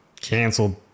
canceled